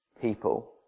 people